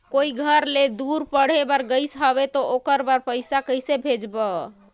कोई घर ले दूर पढ़े बर गाईस हवे तो ओकर बर पइसा कइसे भेजब?